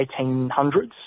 1800s